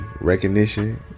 recognition